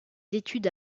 études